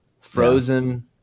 frozen